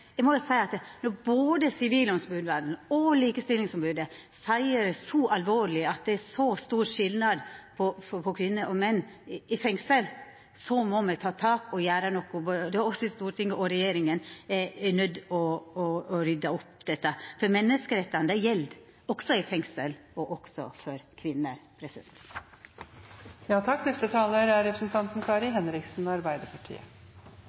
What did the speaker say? eg må seia at når både Sivilombodsmannen og Likestillingsombodet seier det er alvorleg at det er så stor skilnad på kvinner og menn i fengsel, må me ta tak og gjera noko. Både me i Stortinget og regjeringa er nøydde til å rydda opp i dette, for menneskerettane gjeld også i fengsel – og også for kvinner.